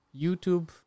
YouTube